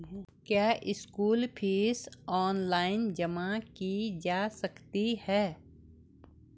क्या school fees online जमा की जा सकती है?